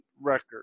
record